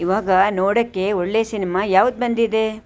ಇವಾಗ ನೋಡೋಕ್ಕೆ ಒಳ್ಳೆ ಸಿನಿಮಾ ಯಾವ್ದು ಬಂದಿದೆ